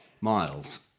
miles